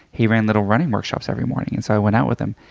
he ran little running workshops every morning. and so i went out with him.